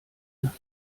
nach